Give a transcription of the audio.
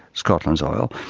scotland's oil.